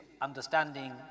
understanding